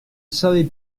savais